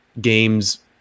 games